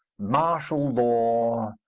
martial law,